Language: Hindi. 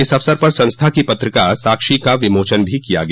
इस अवसर पर संस्था की पत्रिका साक्षी का विमोचन भी किया गया